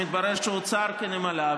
מתברר שהוא צר כנמלה,